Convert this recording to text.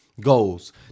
Goals